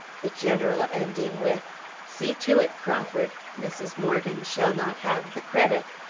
the general ending with see to it, crawford mrs. morgan shall not have the credit!